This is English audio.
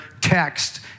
text